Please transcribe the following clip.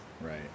Right